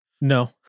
No